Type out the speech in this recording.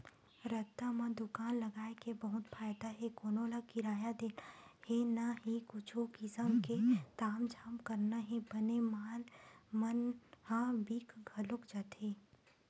रद्दा म दुकान लगाय के बहुते फायदा हे कोनो ल किराया देना हे न ही कुछु किसम के तामझाम करना हे बने माल मन ह बिक घलोक जाथे